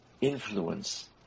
influence